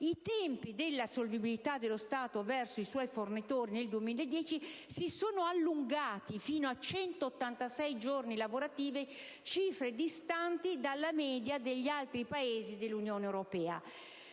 I tempi della solvibilità dello Stato verso i suoi fornitori nel 2010 si sono allungati fino a 186 giorni lavorativi; si tratta di cifre distanti dalla media degli altri Paesi dell'Unione europea.